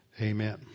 Amen